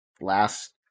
last